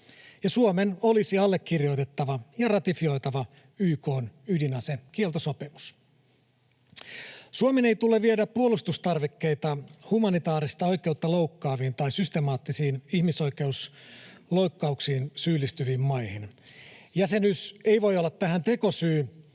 ja Suomen olisi allekirjoitettava ja ratifioitava YK:n ydinasekieltosopimus. Suomen ei tule viedä puolustustarvikkeita humanitaarista oikeutta loukkaaviin tai systemaattisiin ihmisoikeusloukkauksiin syyllistyviin maihin. Jäsenyys ei voi olla tähän tekosyy.